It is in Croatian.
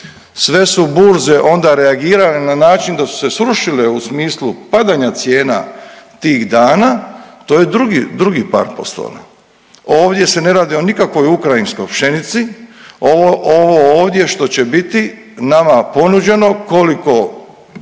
sve su burze onda reagirale na način da su se srušile u smislu padanja cijena tih dana to je drugi par … /ne razumije se/ … Ovdje se ne radi o nikakvoj ukrajinskoj pšenici. Ovo ovdje što će biti nama ponuđeno koliko